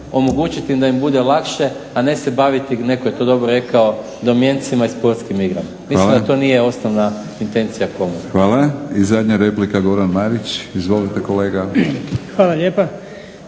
omogućiti da im bude lakše, a ne se baviti netko je to dobro rekao domjencima i sportskim igrama. Mislim da to nije osnovna intencija komore. **Batinić, Milorad (HNS)** Hvala. I zadnja replika Goran Marić. Izvolite kolega. **Marić,